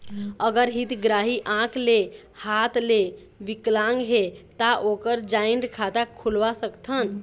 अगर हितग्राही आंख ले हाथ ले विकलांग हे ता ओकर जॉइंट खाता खुलवा सकथन?